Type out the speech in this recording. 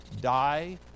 die